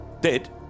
Dead